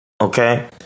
Okay